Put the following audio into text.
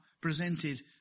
presented